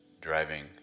driving